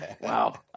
Wow